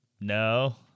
No